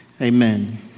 Amen